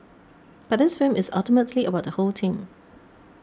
but this film is ultimately about the whole team